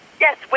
yes